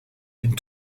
and